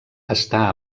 està